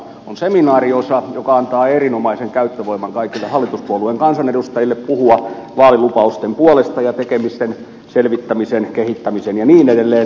on seminaariosa joka antaa erinomaisen käyttövoiman kaikille hallituspuolueiden kansanedustajille puhua vaalilupausten tekemisen selvittämisen kehittämisen ja niin edelleen